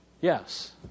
yes